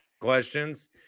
questions